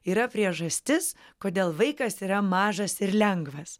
yra priežastis kodėl vaikas yra mažas ir lengvas